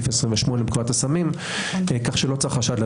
סעיף 28 לפקודת הסמים,